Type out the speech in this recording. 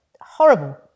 horrible